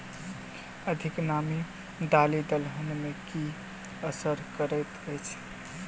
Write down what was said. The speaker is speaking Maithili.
अधिक नामी दालि दलहन मे की असर करैत अछि?